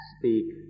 speak